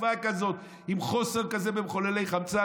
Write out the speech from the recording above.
תקופה כזאת עם חוסר כזה במחוללי חמצן,